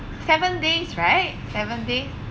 seven days right seven days